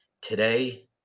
today